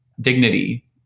dignity